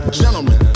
gentlemen